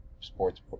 sports